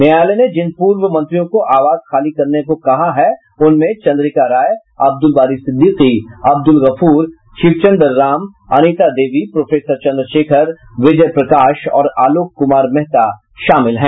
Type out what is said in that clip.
न्यायालय ने जिन पूर्व मंत्रियों को आवास खाली करने को कहा है उनमें चंद्रिका राय अब्दुल बारी सिद्दीकी अब्दुल गफूर शिवचंद्र राम अनीता देवी प्रोफेसर चंद्रशेखर विजय प्रकाश और आलोक कुमार मेहता शामिल हैं